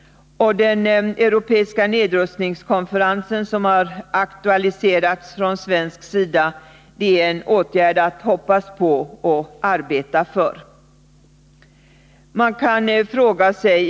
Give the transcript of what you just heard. Den europeiska nedrustningskonferens som har aktualiserats från svensk sida är en åtgärd att hoppas på och arbeta för.